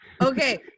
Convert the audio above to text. Okay